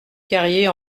carrier